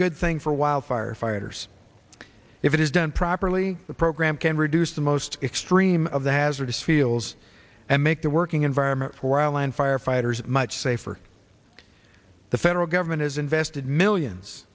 good thing for while firefighters if it is done properly the program can reduce the most extreme of the hazardous feels and make the working environment for our land firefighters much safer the federal government has invested millions